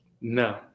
no